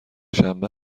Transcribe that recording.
شنبه